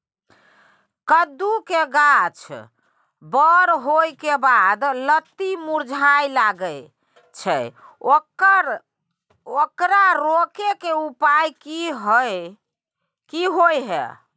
कद्दू के गाछ बर होय के बाद लत्ती मुरझाय लागे छै ओकरा रोके के उपाय कि होय है?